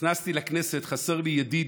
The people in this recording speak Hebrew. נכנסתי לכנסת, חסר לי ידיד,